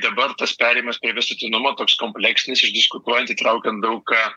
dabar tas perėjimas prie visuotinumo toks kompleksinis išdiskutuojant įtraukiant daug ką